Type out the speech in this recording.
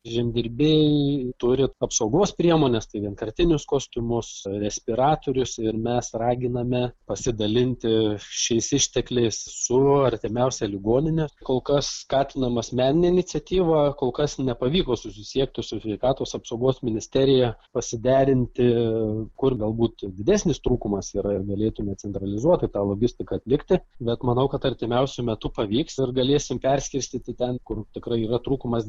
žemdirbiai turi apsaugos priemones tai vienkartinius kostiumus respiratorius ir mes raginame pasidalinti šiais ištekliais su artimiausia ligonine kol kas skatinama asmeninė iniciatyva kol kas nepavyko susisiekti su sveikatos apsaugos ministerija pasiderinti kur galbūt didesnis trūkumas yra ir galėtumėme centralizuotai tą logistiką atlikti bet manau kad artimiausiu metu pavyks ir galėsim perskirstyti ten kur tikrai yra trūkumas